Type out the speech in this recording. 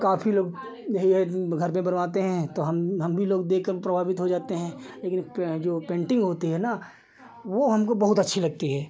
काफ़ी लोग यही है घर पर बनवाते हैं तो हम हम भी लोग देखकर प्रभावित हो जाते हैं पेन जो पेन्टिन्ग होती है ना वह हमको बहुत अच्छी लगती है